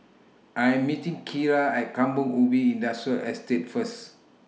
I Am meeting Keira At Kampong Ubi Industrial Estate First